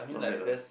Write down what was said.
not bad lah